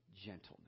gentleness